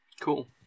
Cool